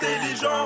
intelligent